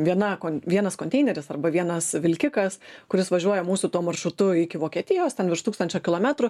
viena kon vienas konteineris arba vienas vilkikas kuris važiuoja mūsų tuo maršrutu iki vokietijos ten virš tūkstančio kilometrų